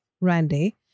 Randy